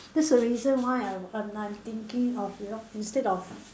that's the reason why I'm and I'm thinking of you know instead of